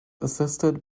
assisted